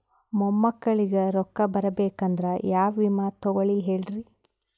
ಮೊಮ್ಮಕ್ಕಳಿಗ ರೊಕ್ಕ ಬರಬೇಕಂದ್ರ ಯಾ ವಿಮಾ ತೊಗೊಳಿ ಹೇಳ್ರಿ?